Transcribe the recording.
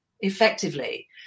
effectively